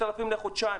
6,000 לחודשיים.